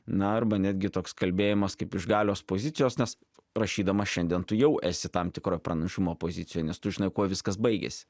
na arba netgi toks kalbėjimas kaip iš galios pozicijos nes rašydamas šiandien tu jau esi tam tikro pranašumo pozicijoj nes tu žinai kuo viskas baigėsi